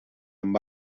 amb